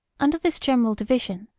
under this general division,